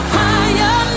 higher